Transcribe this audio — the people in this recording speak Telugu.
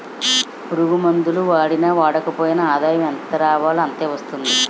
పురుగుమందులు వాడినా వాడకపోయినా ఆదాయం ఎంతరావాలో అంతే వస్తాది